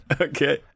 Okay